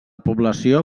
població